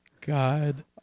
God